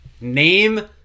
Name